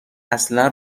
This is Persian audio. اصلا